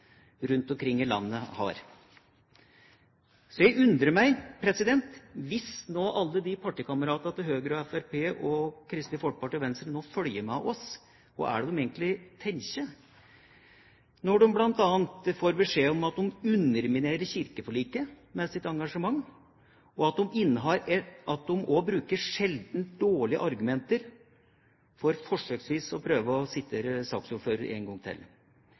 rundt omkring i landet har. Så jeg undrer meg: Hvis alle partikameratene til Høyre, Fremskrittspartiet, Kristelig Folkeparti og Venstre nå følger med oss, hva tenker de egentlig når de bl.a. får beskjed om at de underminerer kirkeforliket med sitt engasjement, og at de også bruker sjeldent dårlige argumenter, for forsøksvis å prøve å sitere saksordføreren en gang til.